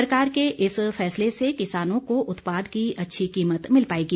सरकार के इस फैसले से किसानों को उत्पाद की अच्छी कीमत मिल पाएगी